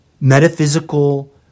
metaphysical